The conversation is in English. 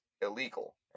illegal